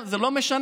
זה לא משנה.